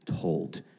told